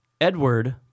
Edward